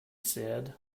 said